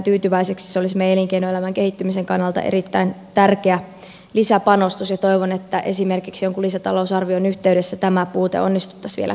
se olisi meidän elinkeinoelämämme kehittymisen kannalta erittäin tärkeä lisäpanostus ja toivon että esimerkiksi jonkun lisätalousarvion yhteydessä tämä puute onnistuttaisiin vielä korjaamaan